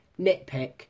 nitpick